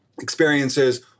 experiences